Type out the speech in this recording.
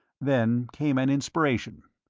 then came an inspiration.